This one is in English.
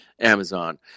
amazon